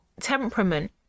temperament